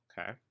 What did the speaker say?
Okay